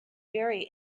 very